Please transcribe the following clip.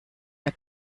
der